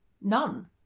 None